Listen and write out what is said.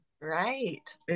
Right